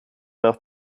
nach